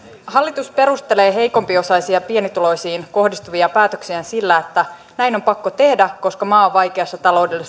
hallitus perustelee heikompiosaisiin ja pienituloisiin kohdistuvia päätöksiään sillä että näin on pakko tehdä koska maa on vaikeassa taloudellisessa